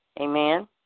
Amen